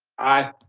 aye.